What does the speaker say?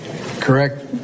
correct